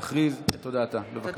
תכריז את הודעתה, בבקשה.